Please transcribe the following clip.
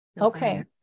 Okay